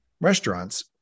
restaurants